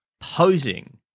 posing